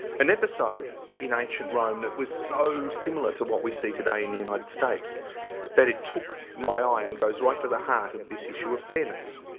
an episode in ancient rome that was so similar to what we see today in the united states that it took my eye and goes right to the heart of this issue of fairness.